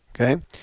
Okay